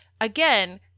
again